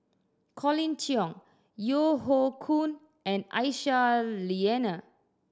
Colin Cheong Yeo Hoe Koon and Aisyah Lyana